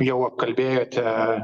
jau apkalbėjote